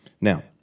Now